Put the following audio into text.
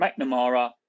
McNamara